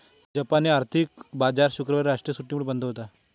जापानी आर्थिक बाजार शुक्रवारी राष्ट्रीय सुट्टीमुळे बंद होता